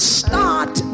start